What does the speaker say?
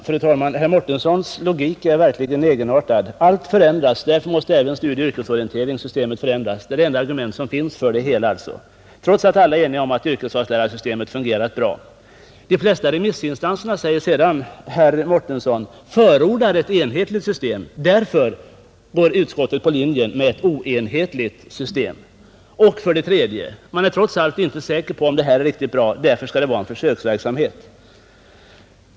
Fru talman! Herr Mårtenssons logik är verkligen egenartad. Allt förändras, och därför måste även studieoch yrkesorienteringssystemet förändras. Det är det enda argument som finns för införandet av syospecialisten trots att alla är eniga om att yrkesvalslärarsystemet fungerat bra, De flesta remissinstanserna, säger herr Mårtensson sedan, förordar ett enhetligt system. Därför går utskottet på linjen med ett oenhetligt system, Men man är trots allt inte säker på att detta är riktigt bra. Därför skall man ha försöksverksamhet.